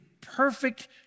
perfect